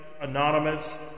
anonymous